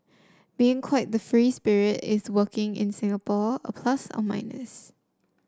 being quite the free spirit is working in Singapore a plus or a minus